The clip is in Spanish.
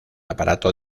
aparato